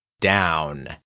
down